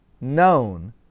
known